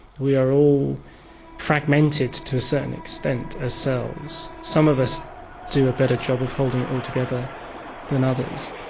we are all fragmented to a certain extent as selves. some of us do a better job of holding it all together than others,